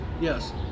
Yes